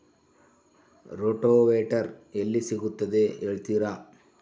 Rotavator ಎಲ್ಲಿ ಸಿಗುತ್ತದೆ ಹೇಳ್ತೇರಾ?